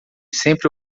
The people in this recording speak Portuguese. sempre